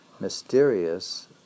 Mysterious